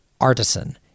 artisan